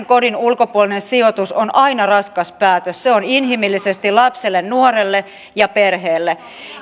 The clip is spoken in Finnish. kodin ulkopuolinen sijoitus on aina raskas päätös se on sitä inhimillisesti lapselle nuorelle ja perheelle